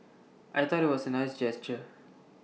I thought IT was A nice gesture